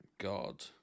God